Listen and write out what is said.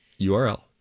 URL